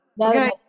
Okay